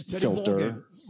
filter